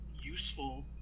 useful